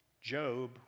Job